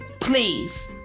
please